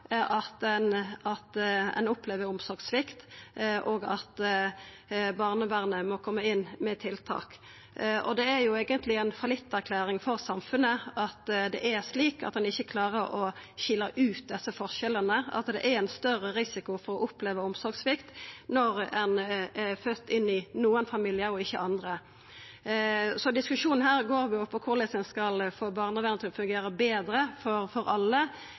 opplever omsorgssvikt, og for at barnevernet må koma inn med tiltak. Det er eigentleg ei fallitterklæring for samfunnet at ein ikkje klarar å skilja ut desse forskjellane – at det er ein større risiko for å oppleva omsorgssvikt når ein er fødd inn i nokre familiar enn i andre. Diskusjonen går på korleis ein skal få barnevernet til å fungera betre for alle,